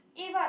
eh but